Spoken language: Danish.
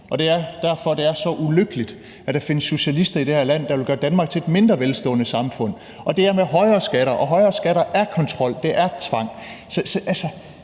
og det er derfor, det er så ulykkeligt, at der findes socialister i det her land, der vil gøre Danmark til et mindre velstående samfund. Det er med højere skatter, og højere skatter er kontrol, og det er tvang.